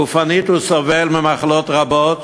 גופנית הוא סובל ממחלות רבות,